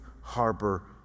harbor